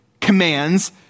commands